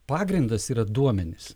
pagrindas yra duomenys